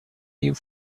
you